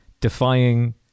defying